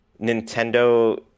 Nintendo